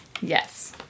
yes